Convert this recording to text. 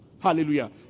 Hallelujah